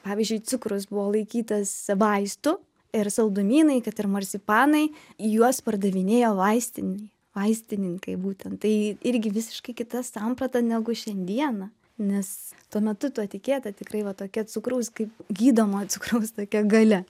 pavyzdžiui cukrus buvo laikytas vaistu ir saldumynai kad ir marcipanai juos pardavinėjo vaistin vaistininkai būten tai irgi visiškai kita samprata negu šiandieną nes tuo metu tuo tikėta tikrai va tokia cukraus kaip gydomo cukraus tokia galia